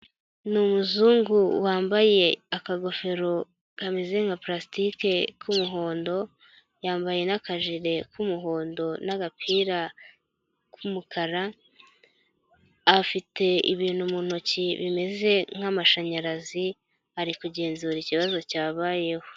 Ni umuzungu wambaye akagofero kameze nka parasitike k'umuhondo, yambaye n'kajire k'umuhondo n'agapira, k'umukara, afite ibintu mu ntoki bimeze nk'amashanyarazi, ari kugenzura ikibazo cyabayeho.